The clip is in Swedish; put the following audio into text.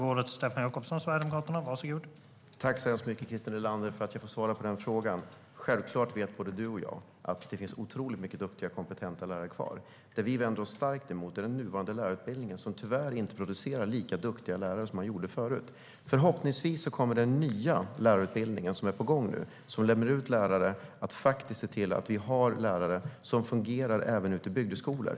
Herr talman! Tack så mycket för att jag får svara på den frågan, Christer Nylander. Självklart vet både du och jag att det finns otroligt många duktiga och kompetenta lärare kvar. Det vi vänder oss starkt emot är den nuvarande lärarutbildningen, som tyvärr inte producerar lika duktiga lärare som förut. Förhoppningsvis kommer den nya lärarutbildning som nu är på gång att se till att vi faktiskt har lärare som fungerar även ute i bygdeskolor.